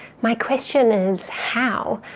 my question is how?